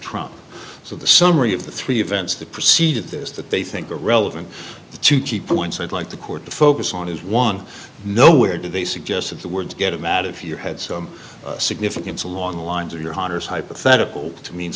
trump so the summary of the three events that proceeded this that they think are relevant to keep points i'd like the court to focus on is one know where do they suggest that the words get mad if you had some significance along the lines of your honor's hypothetical to mean